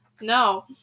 No